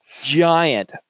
giant